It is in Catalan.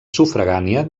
sufragània